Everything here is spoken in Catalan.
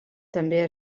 també